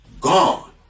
gone